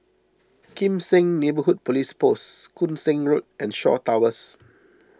Kim Seng Neighbourhood Police Post Koon Seng Road and Shaw Towers